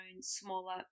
smaller